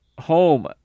home